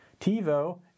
TiVo